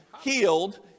healed